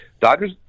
Dodgers